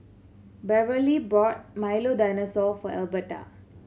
Beverley bought Milo Dinosaur for Alberta